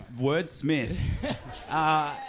Wordsmith